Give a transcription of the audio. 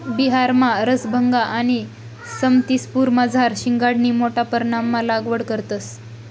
बिहारमा रसभंगा आणि समस्तीपुरमझार शिंघाडानी मोठा परमाणमा लागवड करतंस